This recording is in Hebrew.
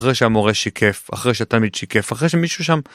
אחרי שהמורה שיקף, אחרי שתמיד שיקף, אחרי שמישהו שם...